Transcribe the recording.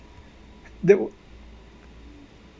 that